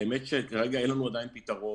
האמת היא שכרגע אין לנו עדיין פתרון.